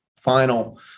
final